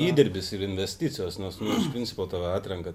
įdirbis ir investicijos nes nu iš principo tave atrenka